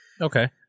Okay